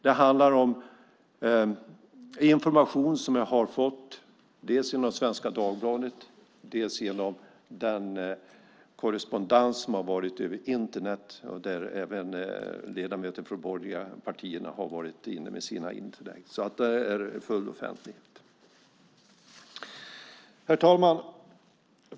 Det handlar om information som jag har fått dels genom Svenska Dagbladet, dels genom den korrespondens som har pågått över Internet, där även ledamöter från borgerliga partier har gjort sina inlägg. Där är full offentlighet. Herr talman!